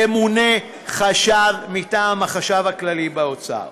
וימונה חשב מטעם החשב הכללי באוצר,